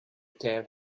tear